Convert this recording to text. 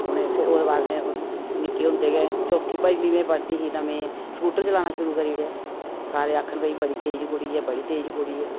उनें फिर ओह्दे बाद में निक्के होंदे गै चौथी पंजमी में पढ़दी ही तां में स्कूटर चलाना शुरू करी ओड़ेआ सारे आक्खन भई बड़ी तेज बड़ी तेज़ कुड़ी ऐ